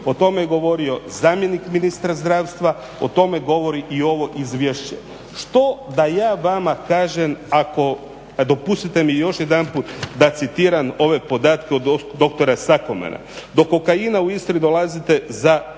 O tome je govorio zamjenik ministra zdravstva, o tome govori i ovo izvješće. Što da ja vama kažem ako dopustite mi još jedanput da citiram ove podatke od doktora Sakomana. Do kokaina u Istri dolazite za 23